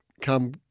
come